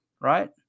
right